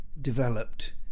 developed